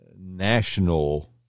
national